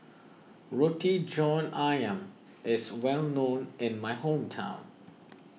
Roti John Ayam is well known in my hometown